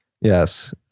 Yes